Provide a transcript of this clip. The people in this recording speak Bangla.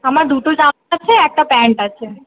আমার দুটো জামা আছে একটা প্যান্ট আছে